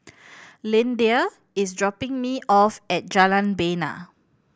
Lyndia is dropping me off at Jalan Bena